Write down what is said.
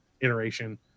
iteration